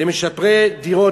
למשפרי דיור,